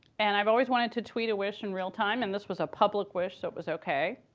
and i've always wanted to tweet a wish in real time, and this was a public wish, so it was ok.